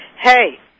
hey